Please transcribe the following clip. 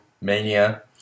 mania